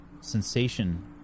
sensation